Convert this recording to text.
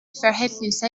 verhältnisse